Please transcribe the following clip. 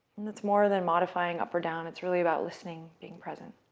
and it's more than modifying up or down. it's really about listening, being present,